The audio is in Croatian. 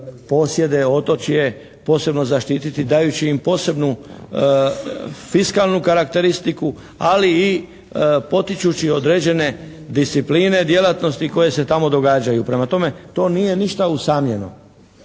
posjede, otočje posebno zaštititi, dajući im posebnu fiskalnu karakteristiku, ali i potičući određene discipline djelatnosti koje se tamo događaju. Prema tome, to nije ništa usamljeno.